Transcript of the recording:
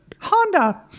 Honda